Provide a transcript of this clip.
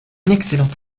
excellente